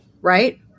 right